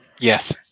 Yes